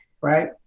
right